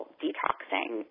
detoxing